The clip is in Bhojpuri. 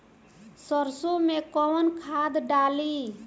सरसो में कवन सा खाद डाली?